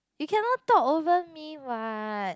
you cannot talk over me what